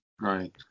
Right